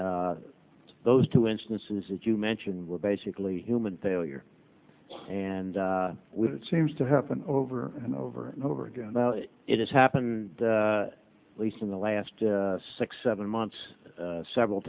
r those two instances that you mentioned were basically human failure and when it seems to happen over and over and over again it has happened at least in the last six seven months several